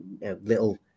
little